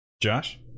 Josh